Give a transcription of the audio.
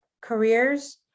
careers